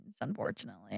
unfortunately